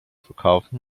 verkaufen